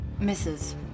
Mrs